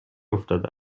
افتاده